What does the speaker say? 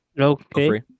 Okay